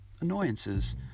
Annoyances